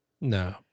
No